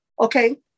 Okay